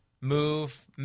Move